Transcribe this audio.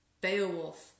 Beowulf